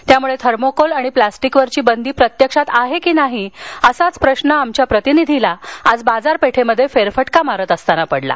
त्यामुळं थर्माकोल आणि प्लास्टिक वरील बंदी प्रत्यक्षात आहे की नाही असाच प्रश्न आमच्या प्रतिनिधीला आज बाजारपेठेत फेरफटका मारला असता पडला